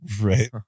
Right